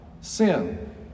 sin